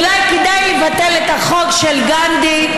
אולי כדאי לבטל את החוק של גנדי,